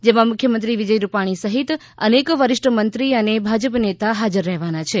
જેમાં મુખ્યમંત્રી વિજય રૂપાણી સહિત અનેક વરીષ્ઠ મંત્રી અને ભાજપ નેતા હાજર રહેવાના છે